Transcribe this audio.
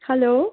hello